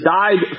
died